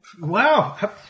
Wow